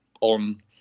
on